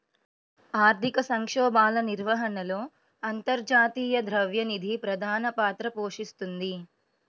ఆర్థిక సంక్షోభాల నిర్వహణలో అంతర్జాతీయ ద్రవ్య నిధి ప్రధాన పాత్ర పోషిస్తోంది